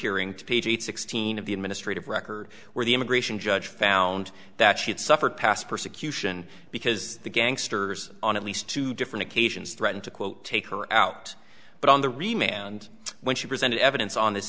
hearing to page eight sixteen of the administrative record where the immigration judge found that she had suffered past persecution because the gangster's on at least two different occasions threatened to quote take her out but on the remain and when she presented evidence on this